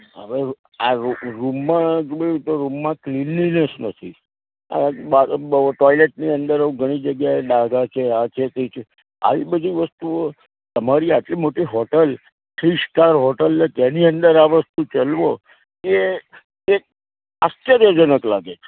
હવે આ રૂમ રૂમમાં જોયું તો ક્લીનલીનેસ નથી આ બહાર ટોઇલેટની અંદર ઘણી જગ્યાએ ડાઘા છે આ છે તે છે આવી બધી વસ્તુઓ તમારી આટલી મોટી હોટલ થ્રી સ્ટાર હોટલ અને તેની અંદર આ વસ્તુ ચલાવો એ એક આશ્ચર્યજનક લાગે છે